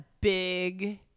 big